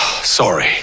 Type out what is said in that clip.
Sorry